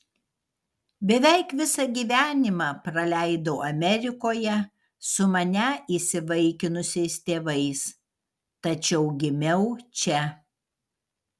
beveik visą gyvenimą praleidau amerikoje su mane įsivaikinusiais tėvais tačiau gimiau čia